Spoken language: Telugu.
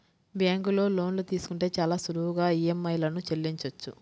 బ్యేంకులో లోన్లు తీసుకుంటే చాలా సులువుగా ఈఎంఐలను చెల్లించొచ్చు